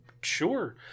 sure